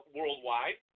Worldwide